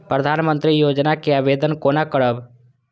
प्रधानमंत्री योजना के आवेदन कोना करब?